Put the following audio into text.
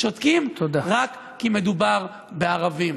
שותקים רק כי מדובר בערבים.